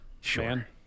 sure